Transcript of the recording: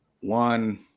one